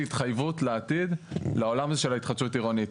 התחייבות לעתיד לעולם הזה של ההתחדשות עירונית.